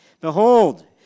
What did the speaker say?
Behold